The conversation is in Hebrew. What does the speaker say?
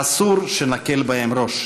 אסור שנקל בהם ראש.